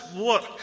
work